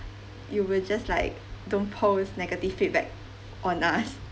you will just like don't post negative feedback on us